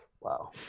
Wow